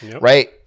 right